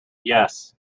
yes